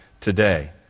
today